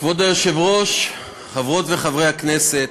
כבוד היושב-ראש, חברות וחברי הכנסת,